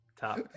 top